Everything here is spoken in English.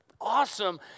Awesome